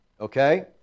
Okay